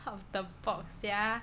part of the plot sia